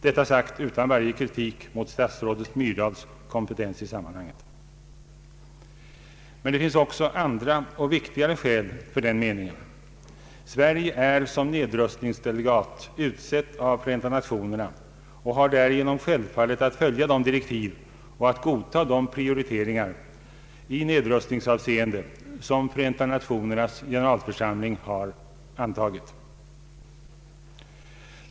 Detta sagt utan varje kritik mot statsrådet Myrdals kompetens i sammanhanget. Det finns också andra och viktigare skäl för den meningen. Sverige är som medlem av nedrustningsdelegationen utsett av Förenta nationerna och har därigenom självfallet att följa de direktiv och att godta de prioriteringar i nedrustningsavseende, som Förenta nationernas generalförsamling har antagit.